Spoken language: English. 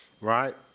right